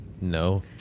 No